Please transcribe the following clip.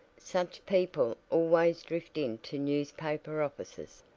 such people always drift into newspaper offices.